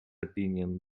opinion